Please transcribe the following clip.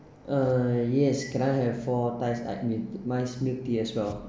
uh yes can I have four thai i~ milk tea as well